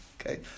Okay